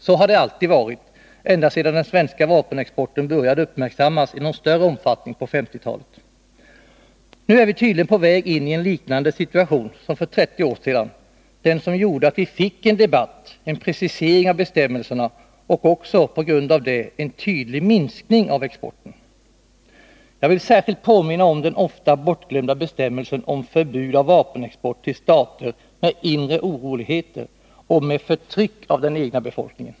Så har det alltid varit, ända sedan den svenska vapenexporten började uppmärksammas i någon större omfattning på 1950-talet. Nu är vi tydligen på väginien liknande situation som för 30 år sedan, den som gjorde att vi fick en debatt, en precisering av bestämmelserna och också på grund av det en tydlig minskning av exporten. Jag vill särskilt påminna om den ofta bortglömda bestämmelsen om förbud mot vapenexport till stater med inre oroligheter och med förtryck av den egna befolkningen.